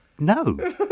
no